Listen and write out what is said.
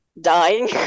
dying